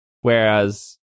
whereas